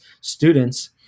students